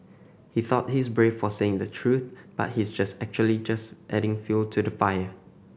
he thought he's brave for saying the truth but he's actually just adding fuel to the fire